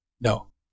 No